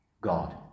God